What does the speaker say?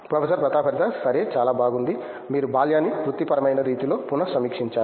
professor Pratap Haridas సరే చాలా బాగుంది మీరు బాల్యాన్ని వృత్తిపరమైన రీతిలో పునః సమీక్షించారు